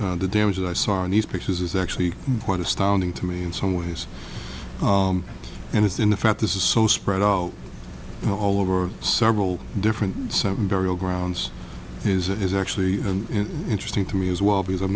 the damage that i saw in these pictures is actually quite astounding to me in some ways and it's in the fact this is so spread out all over several different seven burial grounds is it is actually and interesting to me as well because i'